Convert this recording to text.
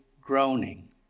groaning